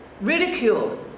Ridicule